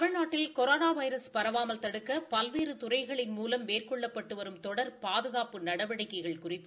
தமிழ் நாட்டில் corona virus பரவாமல் தடுக்க பல்வேறு துறைகளின் மூலம் மேற்கொள்ளப்பட்டு வரும் தொடர் பாதுகாப்பு நடவடிக்கைகள் குறித்து